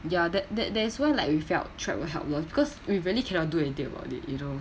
ya that that that's why we felt trapped or helpless because we really cannot do anything about it you know